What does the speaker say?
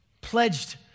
pledged